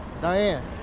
Diane